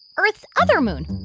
earth's other moon